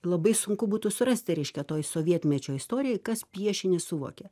labai sunku būtų surasti reiškia toj sovietmečio istorijoj kas piešinį suvokė